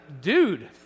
dude